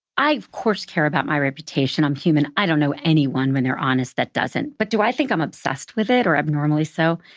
of course care about my reputation. i'm human. i don't know anyone, when they're honest, that doesn't. but do i think i'm obsessed with it or abnormally so?